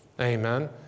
Amen